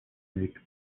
make